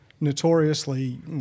notoriously